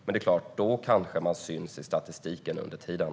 Men det är klart att då kanske man syns i statistiken under tiden.